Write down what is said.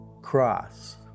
cross